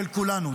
של כולנו.